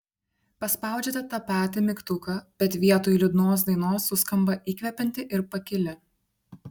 paspaudžiate tą patį mygtuką bet vietoj liūdnos dainos suskamba įkvepianti ir pakili